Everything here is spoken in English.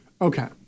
Okay